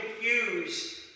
confused